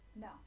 No